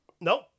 Nope